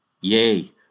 yea